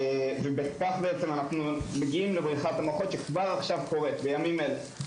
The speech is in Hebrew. בכך אנחנו מגיעים לבריחת המוחות שכבר עכשיו קורית בימים אלה.